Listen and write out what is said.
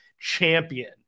champion